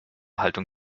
haltung